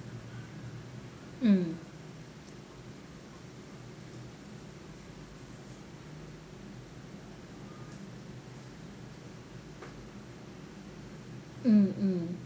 mm mm mm